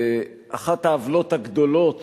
אחת העוולות הגדולות